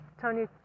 Tony